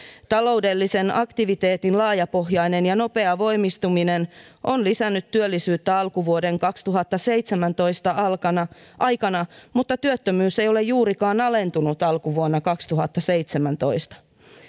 taloudellisen aktiviteetin laajapohjainen ja nopea voimistuminen on lisännyt työllisyyttä alkuvuoden kaksituhattaseitsemäntoista aikana mutta työttömyys ei ole juurikaan alentunut alkuvuonna kaksituhattaseitsemäntoista